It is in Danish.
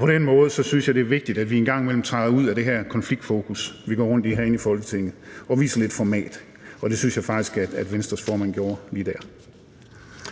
På den måde synes jeg, det er vigtigt, at vi en gang imellem træder ud af det her konfliktfokus, vi går rundt i herinde i Folketinget, og viser lidt format. Det synes jeg faktisk Venstres formand gjorde lige der.